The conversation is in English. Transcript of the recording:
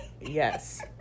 Yes